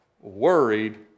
worried